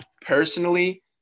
Personally –